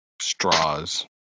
straws